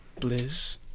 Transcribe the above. Blizz